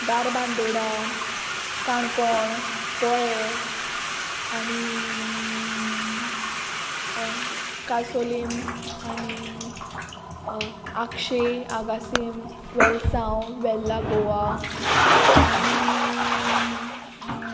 दारबांदोडा काणकोण पोळें आनी कासोलीम आनी आक्षे आगासीम वेलसांव वेल्ला गोवा आनी